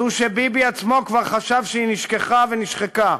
זו שביבי עצמו כבר חשב שהיא נשכחה ונשחקה,